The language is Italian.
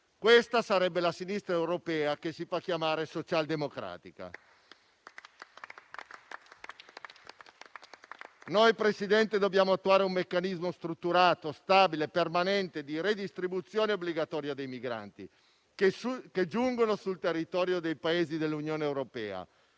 Questa sarebbe la sinistra europea che si fa chiamare socialdemocratica. Noi, Presidente, dobbiamo trovare un meccanismo strutturato, stabile e permanente di redistribuzione obbligatoria dei migranti, che giungono sul territorio dei Paesi dell'Unione europea;